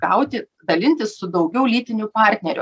gauti dalintis su daugiau lytinių partnerių